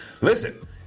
listen